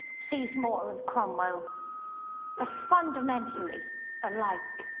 sees more and cromwell as fundamentally alike.